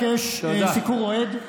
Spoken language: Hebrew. לא יבקש סיקור אוהד,